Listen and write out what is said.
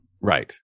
Right